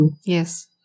Yes